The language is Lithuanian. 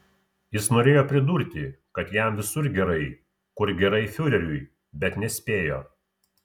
jis norėjo pridurti kad jam visur gerai kur gerai fiureriui bet nespėjo